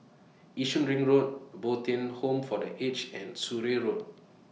Yishun Ring Road Bo Tien Home For The Aged and Surrey Road